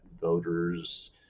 voters